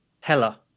Hella